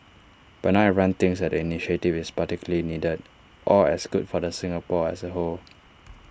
but not everyone thinks the initiative is particularly needed or as good for Singapore as A whole